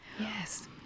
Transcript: Yes